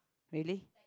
really